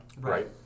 right